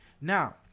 Now